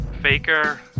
Faker